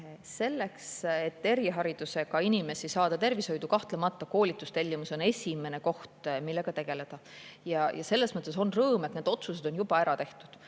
Selleks, et eriharidusega inimesi saada tervishoidu, on koolitustellimus kahtlemata esimene koht, millega tegeleda. Selles mõttes on rõõm, et need otsused on juba ära tehtud.